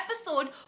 episode